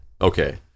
Okay